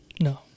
No